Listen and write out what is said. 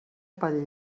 pel